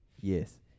yes